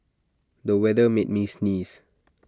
the weather made me sneeze